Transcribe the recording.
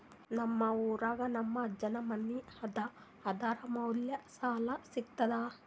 ನಮ್ ಊರಾಗ ನಮ್ ಅಜ್ಜನ್ ಮನಿ ಅದ, ಅದರ ಮ್ಯಾಲ ಸಾಲಾ ಸಿಗ್ತದ?